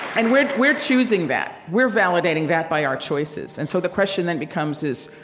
and we're we're choosing that. we're validating that by our choices. and so the question then becomes is